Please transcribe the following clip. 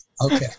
Okay